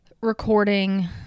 recording